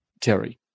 Terry